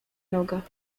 nogach